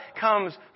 comes